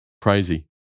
crazy